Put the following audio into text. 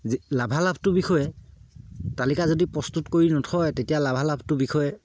লাভালাভটোৰ বিষয়ে তালিকা যদি প্ৰস্তুত কৰি নথয় তেতিয়া লাভালাভটোৰ বিষয়ে